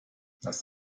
das